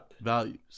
values